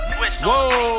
whoa